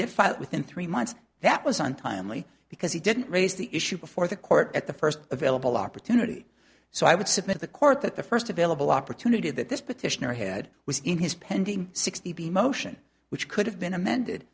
did file within three months that was on timely because he didn't raise the issue before the court at the first available opportunity so i would submit the court that the first available opportunity that this petitioner ahead was in his pending sixty b motion which could have been amended